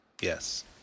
Yes